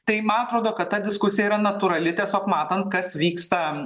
tai man atrodo kad ta diskusija yra natūrali tiesiog matant kas vyksta